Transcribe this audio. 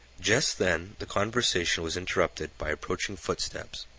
just then, the conversation was interrupted by approaching footsteps.